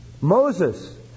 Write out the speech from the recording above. Moses